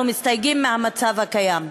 אנחנו מסתייגים מהמצב הקיים.